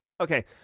Okay